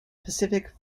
pacific